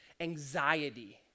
anxiety